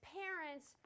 parents